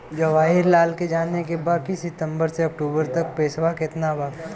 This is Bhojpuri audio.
जवाहिर लाल के जाने के बा की सितंबर से अक्टूबर तक के पेसवा कितना बा?